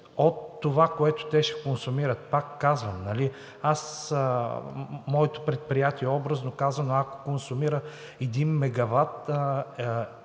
от това, което те ще консумират. Пак казвам: моето предприятие, образно казано, ако консумира един мегават,